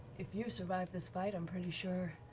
if you survive this fight i'm pretty sure